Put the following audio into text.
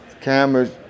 cameras